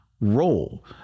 role